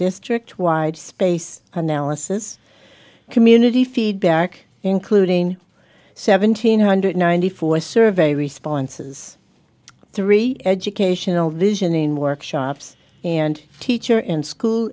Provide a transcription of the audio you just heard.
district wide space analysis community feedback including seventeen hundred ninety four survey responses three educational visioning workshops and teacher in school